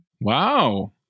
Wow